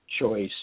choice